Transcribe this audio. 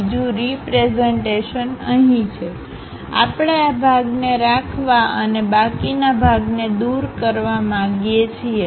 બિજુ representation અહીં છે આપણે આ ભાગને રાખવા અને બાકીના ભાગને દૂર કરવા માગીએ છીએ